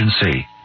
Agency